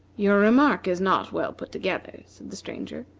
your remark is not well put together, said the stranger,